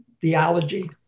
theology